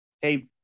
Hey